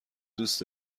دوست